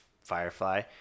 Firefly